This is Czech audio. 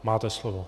Máte slovo.